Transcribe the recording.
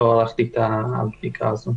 לא ערכתי את הבדיקה הזאת.